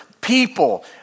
people